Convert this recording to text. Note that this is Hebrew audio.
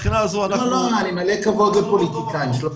לא, אני מלא כבוד לפוליטיקאים.